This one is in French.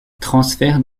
transfert